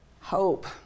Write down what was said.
hope